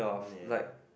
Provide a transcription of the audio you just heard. oh no